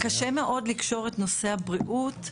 קשה מאוד לקשור את נושא הבריאות.